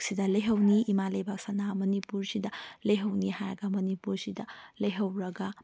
ꯑꯁꯤꯗ ꯂꯩꯍꯧꯅꯤ ꯏꯃꯥ ꯂꯩꯕꯥꯛ ꯁꯥꯅꯥ ꯃꯅꯤꯄꯨꯔꯁꯤꯗ ꯂꯩꯍꯧꯅꯤ ꯍꯥꯏꯔꯒ ꯃꯅꯤꯄꯨꯔꯁꯤꯗ ꯂꯩꯍꯧꯔꯒ